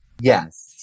Yes